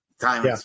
time